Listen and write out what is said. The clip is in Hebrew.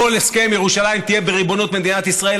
בכל הסכם ירושלים תהיה בריבונות מדינת ישראל,